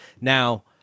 Now